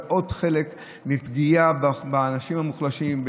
וזה עוד חלק מפגיעה באנשים המוחלשים,